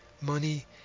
Money